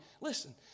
listen